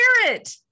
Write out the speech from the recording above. spirit